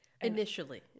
Initially